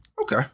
Okay